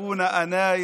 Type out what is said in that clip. ( אמר הנוסע לנוסע,